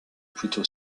plutôt